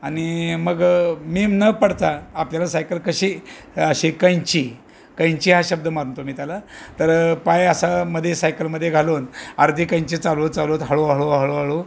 आणि मग मी न पडता आपल्याला सायकल कशी अशी कैंची कैंची हा शब्द म्हणतो मी त्याला तर पाय असा मध्ये सायकलमध्ये घालून अर्धी कैची चालवत चालवत हळू हळू हळू हळू